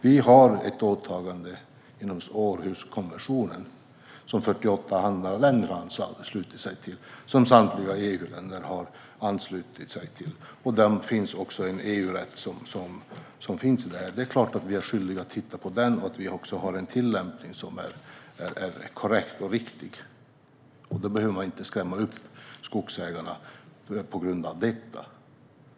Vi har ett åtagande i enlighet med Århuskonventionen, som 48 andra länder har anslutit sig till, inklusive samtliga EU-länder, och det finns också en EU-rätt. Det är klart att vi är skyldiga att titta på den och se till att vi har en tillämpning som är korrekt och riktig. Man behöver inte skrämma upp skogsägarna på grund av detta.